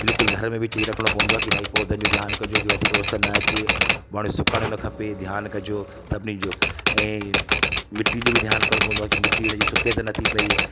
बिल्कुलु घर में विझी रखणो पवंदो आहे कि भई पौधनि जो ध्यानु कजो वधीक उस न अचे वण सुखणु न खपे ध्यानु कजो सभिनीनि जो ऐं मिटी जो बि ध्यानु रखणो पवंदो आहे कि मिटी उन जी सुखे त नथी पई